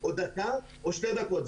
או דקה או שתי דקות,